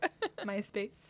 MySpace